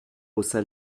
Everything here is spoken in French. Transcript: haussa